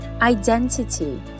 identity